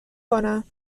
کنن